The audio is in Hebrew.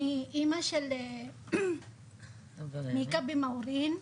אני אמא של מיקה ומאורין,